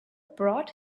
brought